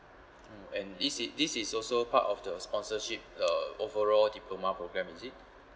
oh and this i~ this is also part of the sponsorship uh overall diploma program is it